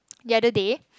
the other day